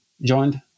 joined